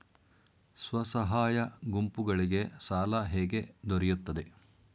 ಸ್ವಸಹಾಯ ಗುಂಪುಗಳಿಗೆ ಸಾಲ ಹೇಗೆ ದೊರೆಯುತ್ತದೆ?